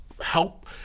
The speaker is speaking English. help